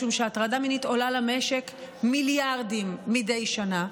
משום שהטרדה מינית עולה למשק מיליארדים מדי שנה.